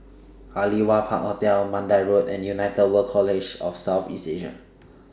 Aliwal Park Hotel Mandai Road and United World College of South East Asia